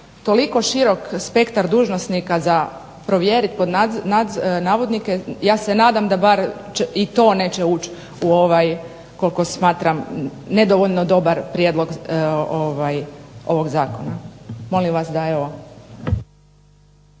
toliko širok spektar dužnosnika "za provjerit" ja se nadam da bar i to neće ući u ovaj koliko smatram nedovoljno dobar prijedlog ovog zakona. Molim vas da evo.